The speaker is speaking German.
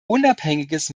unabhängiges